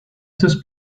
augustus